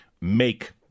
make